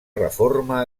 reforma